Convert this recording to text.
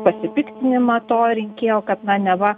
pasipiktinimą to rinkėjo kad neva